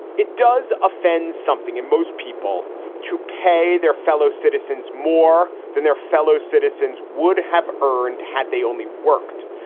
it does offend something and most people to pay their fellow citizens more than their fellow citizens would have earned had they only worked.